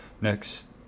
next